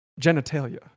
Genitalia